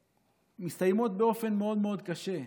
שמסתיימות באופן מאוד מאוד קשה,